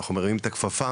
אנחנו מרימים את הכפפה